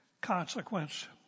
consequence